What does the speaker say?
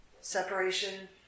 separation